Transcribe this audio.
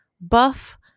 buff